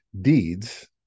deeds